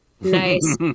Nice